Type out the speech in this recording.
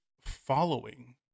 following